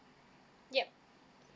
yup